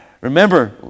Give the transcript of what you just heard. remember